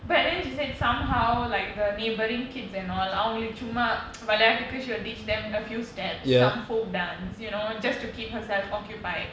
but then she said somehow like the neighbouring kids and all அவங்களுக்குசும்மாவிளையாட்டுக்கு:avankaluku summa velayaattukku she will teach them a few steps some folk dance you know just to keep herself occupied